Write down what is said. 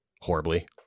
horribly